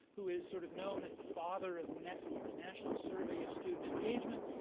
who is sort of known as the father of nsse, the the national survey of student engagement.